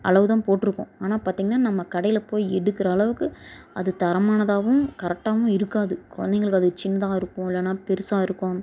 அளவு தான் போட்டுருக்கும் ஆனால் பார்த்திங்கன்னா நம்ம கடையில் போய் எடுக்கிற அளவுக்கு அது தரமானதாகவும் கரெக்டாகவும் இருக்காது குழந்தைங்களுக்கு அது சின்னதாக இருக்கும் இல்லைனா பெருசா இருக்கும்